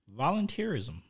Volunteerism